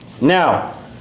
now